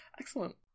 excellent